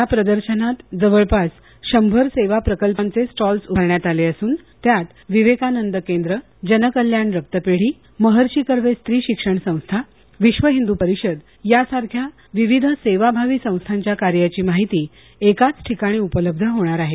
या प्रदर्शनात जवळपास शंभर सेवा प्रकल्पांचे स्टॉल्स उभारण्यात आले असून त्यात विवेकानंद केंद्रजनकल्याण रक्तपेढी महर्षी कर्वे स्त्री शिक्षण संस्था विश्व हिंदू परिषद या सारख्या विविध सेवाभावी संस्थांच्या कार्याची माहिती एकाच ठिकाणी उपलब्ध होणार आहे